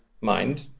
mind